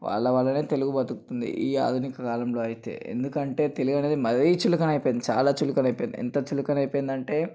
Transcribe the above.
వాళ్ల వాళ్ళనే తెలుగుబతుకుతుంది ఈ ఆధునికకాలంలో అయితే ఎందుకంటే తెలుగు అనేది మరీ చులకన అయిపోయింది చాలా చులకన అయిపోయింది ఎంత చులకన అయిపోయింది అంటే